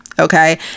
okay